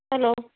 hello